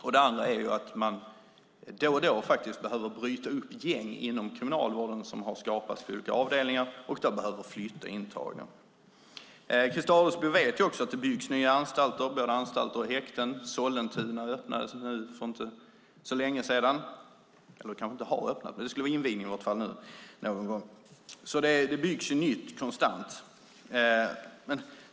Det andra är att man då och då behöver bryta upp gäng inom kriminalvården som har skapats på olika avdelningar och därför behöver flytta intagna. Christer Adelsbo vet också att det byggs nya anstalter och häkten. Sollentuna invigdes för inte så länge sedan. Det byggs alltså nytt konstant.